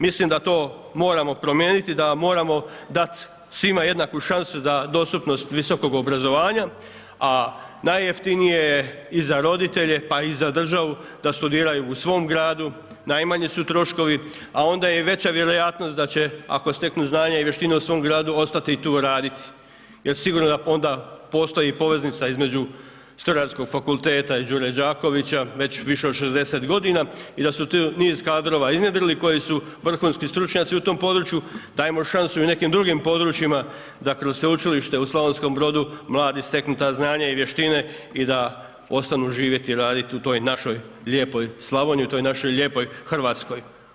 Mislim da to moramo promijeniti, da moramo dat svima jednaku šansu za dostupnost visokog obrazovanja a najjeftinije je i za roditelje pa i za državu da studiraju u svom gradu, najmanji su troškovi a onda je i veća vjerojatnost da će ako steknu znanja i vještine u svom gradu, ostati tu raditi jer sigurno da onda postoji poveznica između strojarskog fakulteta i Đure Đakovića već više od 60 g. i da su tu niz kadrova iznjedrili koji su vrhunski stručnjaci u tom području, dajmo šansu i nekim drugim područjima da kroz sveučilište u Slavonskom Bordu mladi steknu ta znanja i vještine i da ostanu živjeti i raditi u toj našoj lijepoj Slavoniji, u toj našoj lijepoj Hrvatskoj.